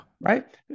Right